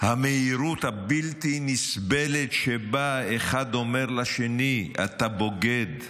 המהירות הבלתי-נסבלת שבה אחד אומר לשני: אתה בוגד,